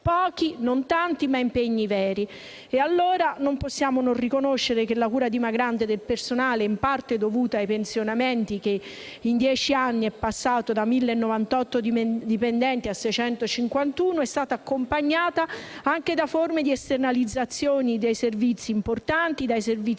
Pochi, non tanti, ma impegni veri. Ed allora non possiamo non riconoscere che la cura dimagrante del personale, in parte dovuta ai pensionamenti, che ha consentito in dieci anni di passare da 1.098 dipendenti a 651, è stata accompagnata anche da forme di esternalizzazione di servizi importanti, dai servizi tecnici